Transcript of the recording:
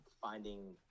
finding